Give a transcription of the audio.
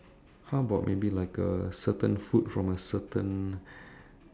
how about maybe like a certain food from a certain